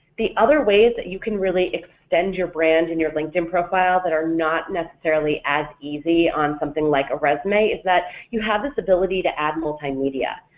the other ways that you can really extend your brand in your linkedin profile that are not necessarily as easy on something like a resume, is that you have this ability to add multimedia,